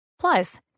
Plus